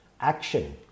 action